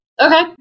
Okay